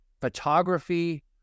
photography